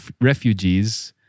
refugees